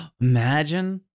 Imagine